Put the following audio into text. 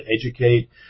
educate